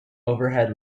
overhead